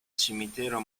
cimitero